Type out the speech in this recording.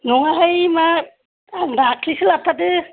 नङाहाय मा आं दाख्लिसो लाथारदो